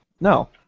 No